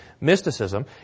mysticism